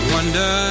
Wonder